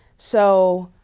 so,